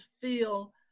feel